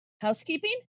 Housekeeping